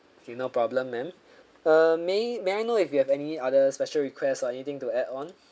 okay no problem ma'am uh may may I know if you have any other special requests or anything to add on